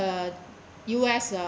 uh U_S ah